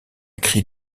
cri